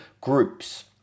groups